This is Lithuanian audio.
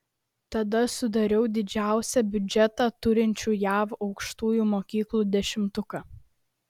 tada sudariau didžiausią biudžetą turinčių jav aukštųjų mokyklų dešimtuką